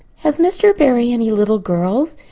has mr. barry any little girls?